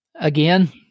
Again